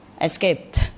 escaped